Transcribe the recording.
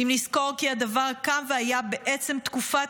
אם נזכור כי הדבר קם והיה בעצם תקופת